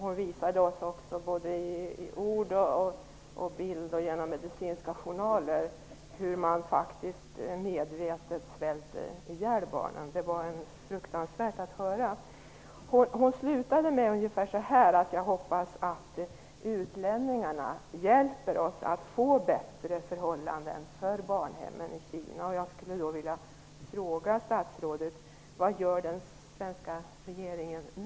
Hon visade oss i ord och bild och genom medicinska journaler hur man medvetet svälter ihjäl barnen. Det var fruktansvärt att höra. Hon slutade med att säga ungefär så här: Jag hoppas att utlänningarna hjälper oss att få bättre förhållanden på barnhemmen i Kina. Jag skulle vilja fråga statsrådet: Vad gör nu den svenska regeringen?